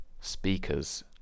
speakers